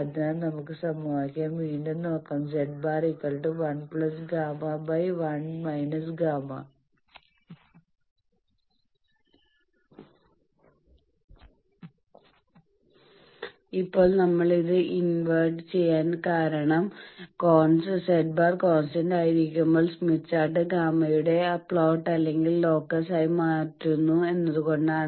അതിനാൽ നമുക്ക് സമവാക്യം വീണ്ടും നോക്കാം z̄1 Γ1 Γ ഇപ്പോൾ നമ്മൾ ഇത് ഇൻവെർട്ട് ചെയ്യാൻ കാരണം z̄ കോൺസ്റ്റന്റ് ആയിരിക്കുമ്പോൾ സ്മിത്ത് ചാർട്ട് ഗാമ്മയുടെ പ്ലോട്ട് അല്ലെങ്കിൽ ലോക്കസ് ആയി മാറ്റുന്നു എന്നതുകൊണ്ടാണ്